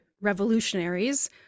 revolutionaries